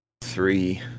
three